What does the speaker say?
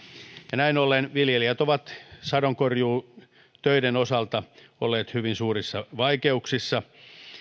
jatkunut näin ollen viljelijät ovat sadonkorjuutöiden osalta olleet hyvin suurissa vaikeuksissa